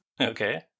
Okay